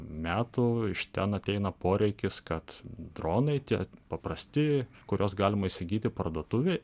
metų iš ten ateina poreikis kad dronai tie paprasti kuriuos galima įsigyti parduotuvėj